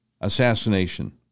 assassination